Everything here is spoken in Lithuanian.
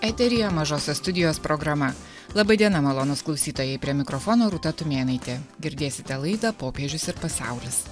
eteryje mažosios studijos programa laba diena malonūs klausytojai prie mikrofono rūta tumėnaitė girdėsite laidą popiežius ir pasaulis